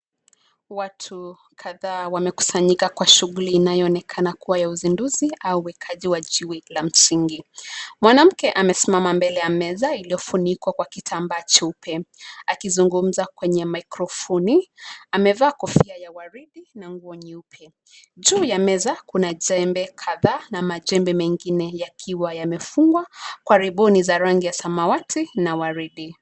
Watu kadhaa wamekusanyika kwa shughuli inayoonekana kuwa ya uzinduzi, au uwekaji wa jiwe la msingi. Mwanamke amesimama mbele ya meza, iliyofunikwa kwa kitambaa cheupe, akizungumza kwenye microphoni. Amevaa kofia ya waridi, na nguo nyeupe. Juu ya meza kuna jembe kadhaa, na majembe mengine yakiwa yamefungwa karibuni, za rangi ya samawati na waridi.